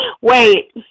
Wait